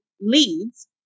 leads